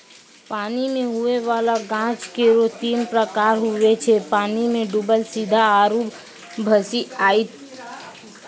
पानी मे हुवै वाला गाछ केरो तीन प्रकार हुवै छै पानी मे डुबल सीधा आरु भसिआइत